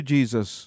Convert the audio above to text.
Jesus